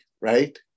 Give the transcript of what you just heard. right